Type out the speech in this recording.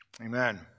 Amen